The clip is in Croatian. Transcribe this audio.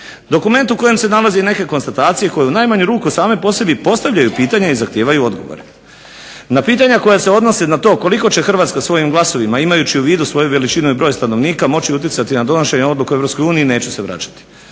Dokument u kojem se nalaze i neke konstatacije koje u najmanju ruku same po sebi postavljaju pitanja i zahtijevaju odgovore. Na pitanja koja se odnose na to koliko će Hrvatska svojim glasovima imajući u vidu svoju veličinu i broju stanovnika moći utjecati na donošenje odluka u EU neću se vraćati.